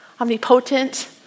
omnipotent